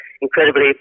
incredibly